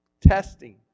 Testing